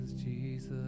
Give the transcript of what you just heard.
Jesus